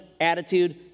attitude